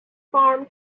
farm